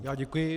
Já děkuji.